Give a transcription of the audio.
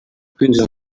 kwinjira